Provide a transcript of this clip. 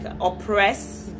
oppress